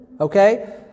Okay